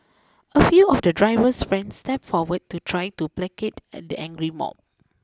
a few of the driver's friends stepped forward to try to placate at the angry mob